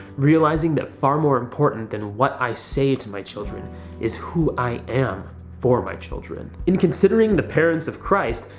realizing that far more important than what i say to my children is who i am for my children. in considering the parents of christ,